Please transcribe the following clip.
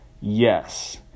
Yes